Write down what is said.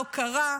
לא קרא.